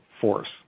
force